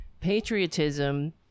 patriotism